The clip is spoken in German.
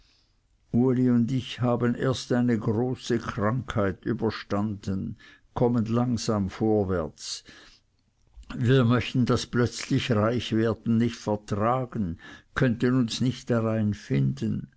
und ich haben erst eine große krankheit überstanden kommen langsam vorwärts wir machten das plötzlich reich werden nicht vertragen könnten uns nicht darein finden